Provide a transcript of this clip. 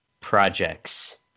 projects